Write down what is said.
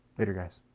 later guys.